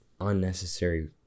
unnecessary